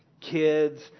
kids